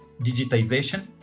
digitization